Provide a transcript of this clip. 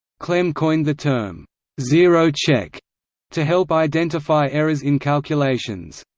clem coined the term zero check to help identify errors in calculations.